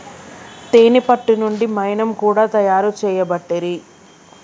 తేనే పట్టు నుండి మైనం కూడా తయారు చేయబట్టిరి